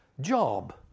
job